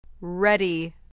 ready